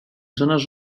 zones